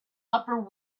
upper